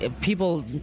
People